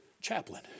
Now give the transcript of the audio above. Chaplain